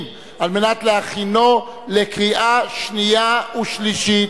על מנת להכינה לקריאה שנייה ושלישית.